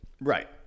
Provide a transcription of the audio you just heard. Right